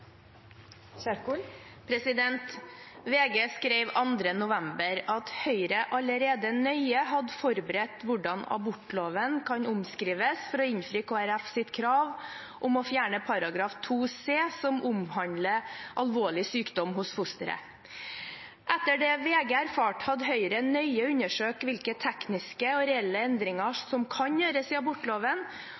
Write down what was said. Kjerkol – til oppfølgingsspørsmål VG skrev 2. november at Høyre allerede nøye hadde forberedt hvordan abortloven kan omskrives for å innfri Kristelig Folkepartis krav om å fjerne § 2c, som omhandler alvorlig sykdom hos fosteret. Etter det VG erfarte, hadde Høyre nøye undersøkt hvilke tekniske og reelle enderinger som kan gjøres i abortloven,